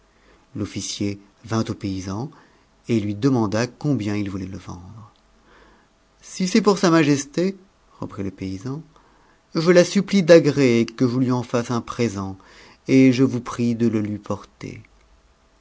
l'ofï'c'f vint au paysan et lui demanda combien il vou it ic vendre ouf sa majesté reprit le paysan je la supplie d'agréer que je lui eu fasse im présent et je vous prie de le lui porter